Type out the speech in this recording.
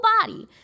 body